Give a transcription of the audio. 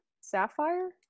sapphire